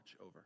over